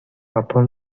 upon